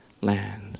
land